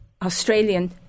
Australian